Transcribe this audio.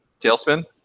Tailspin